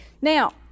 Now